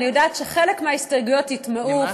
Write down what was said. אני יודעת שחלק מההסתייגויות הוטמעו,